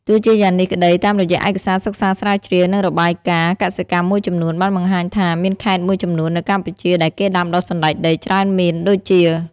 ទោះជាយ៉ាងនេះក្តី តាមរយៈឯកសារសិក្សាស្រាវជ្រាវ និងរបាយការណ៍កសិកម្មមួយចំនួន បានបង្ហាញថាមានខេត្តមួយចំនួននៅកម្ពុជាដែលគេដាំដុះសណ្តែកដីច្រើនមានដូចជា។